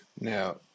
Now